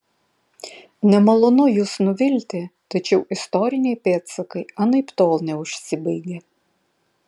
nemalonu jus nuvilti tačiau istoriniai pėdsakai anaiptol neužsibaigė